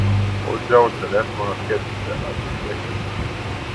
o dzeuse leisk man atkeršyti atėniečiams